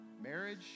marriage